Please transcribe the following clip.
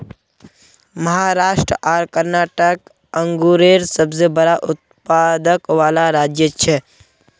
महाराष्ट्र आर कर्नाटक अन्गुरेर सबसे बड़ा उत्पादक वाला राज्य छे